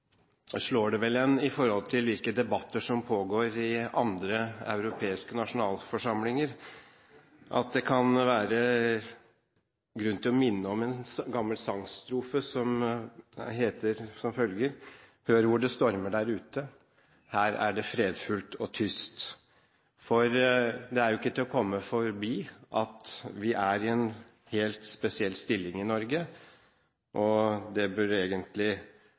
slår det oss med tanke på hvilke debatter som pågår i andre europeiske nasjonalforsamlinger, at det kan være grunn til å minne om følgende gamle sangstrofe: «Hør hvor det stormer der ute. Her er det fredfylt og tyst.» Det er ikke til å komme forbi at vi er i en helt spesiell stilling i Norge. Det burde egentlig